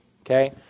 okay